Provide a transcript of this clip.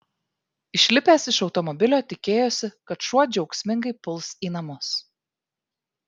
išlipęs iš automobilio tikėjosi kad šuo džiaugsmingai puls į namus